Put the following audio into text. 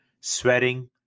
sweating